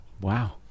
Wow